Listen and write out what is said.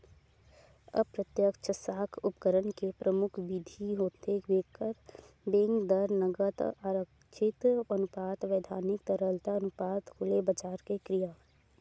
अप्रत्यक्छ साख उपकरन के परमुख बिधि होथे बेंक दर, नगद आरक्छित अनुपात, बैधानिक तरलता अनुपात, खुलेबजार के क्रिया